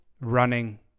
running